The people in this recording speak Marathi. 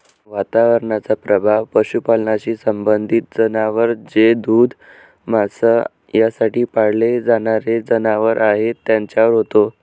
वातावरणाचा प्रभाव पशुपालनाशी संबंधित जनावर जे दूध, मांस यासाठी पाळले जाणारे जनावर आहेत त्यांच्यावर होतो